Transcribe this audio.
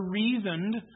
reasoned